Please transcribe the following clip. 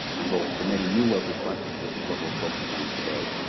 i'm both submitting new work requests, which is what we'll focus on today,